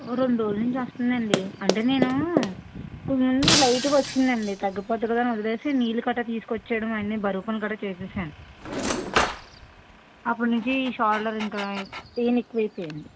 ఓ రెండు రోజుల నుంచి వస్తుందండి అంటే నేను కొన్ని రోజులు లైట్గా వచ్చిందండి తగ్గిపోద్ది కదా అని వదిలేసి నీళ్లు కట్ట తీసుకొచ్చేయడం అన్ని బరువు పనులు కూడా చేసేసాను అప్పుడు నుంచి షోల్డర్ అంతా పెయిన్ ఎక్కువైపోయింది